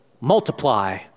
multiply